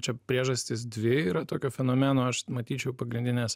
čia priežastys dvi yra tokio fenomeno aš matyčiau pagrindines